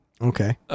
Okay